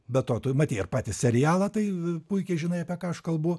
be to tu matei ir patį serialą tai puikiai žinai apie ką aš kalbu